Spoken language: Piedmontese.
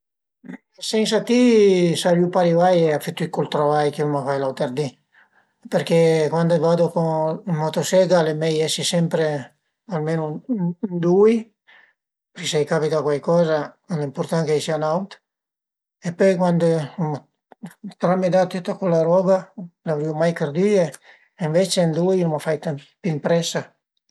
Prima dë tüt visca püra ël computer, pöi deve serni ën gestur ch'al a la posta elettronica, serne pöi ën to indiris persunal e pöi 'na password ch'a sia dificil che i auti a capisu cula ch'al e perché se no a t'rubu tüte le infurmasiun, cuindi büta dë numer, dë cifre, dë lettere